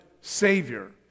Savior